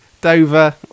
dover